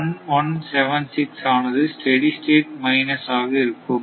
01176 ஆனது steady state minus ஆக இருக்கும்